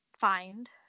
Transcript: find